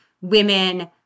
women